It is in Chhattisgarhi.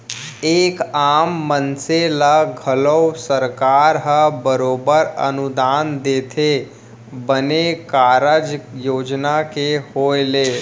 एक आम मनसे ल घलौ सरकार ह बरोबर अनुदान देथे बने कारज योजना के होय ले